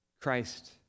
Christ